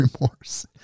remorse